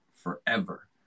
forever